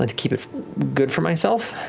and keep it good for myself.